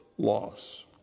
loss